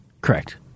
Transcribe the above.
Correct